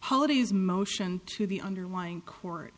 holiday's motion to the underlying court